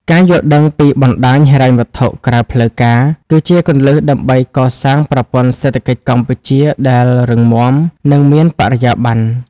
ការយល់ដឹងពីបណ្ដាញហិរញ្ញវត្ថុក្រៅផ្លូវការ គឺជាគន្លឹះដើម្បីកសាងប្រព័ន្ធសេដ្ឋកិច្ចកម្ពុជាដែលរឹងមាំ និងមានបរិយាបន្ន។